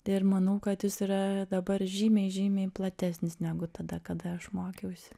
tai ir manau kad jis yra dabar žymiai žymiai platesnis negu tada kada aš mokiausi